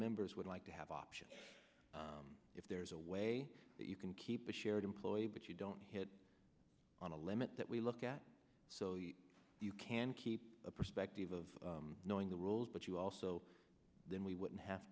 members would like to have options if there's a way that you can keep the shared employee but you don't hit on a limit that we look at so you can keep a perspective of knowing the rules but you also then we wouldn't have